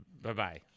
Bye-bye